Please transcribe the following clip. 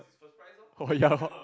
oh ya hor